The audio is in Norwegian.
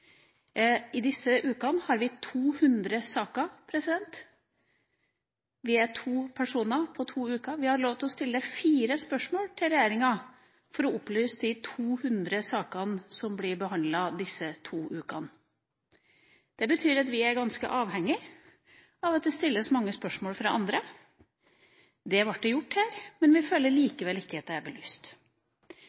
i disse to ukene har vi 200 saker. Vi er to personer, og på to uker har vi lov til å stille fire spørsmål til regjeringa for å opplyse de 200 sakene som blir behandlet disse to ukene. Det betyr at vi er ganske avhengig av at det stilles mange spørsmål fra andre. Det ble det gjort her, men vi føler likevel ikke at det er belyst. Jeg må si at jeg er